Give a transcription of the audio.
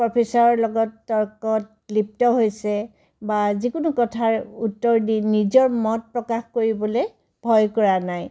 professor লগত তৰ্কত লিপ্ত হৈছে বা যিকোনো কথাৰ উত্তৰ দি নিজৰ মত প্ৰকাশ কৰিবলৈ ভয় কৰা নাই